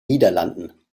niederlanden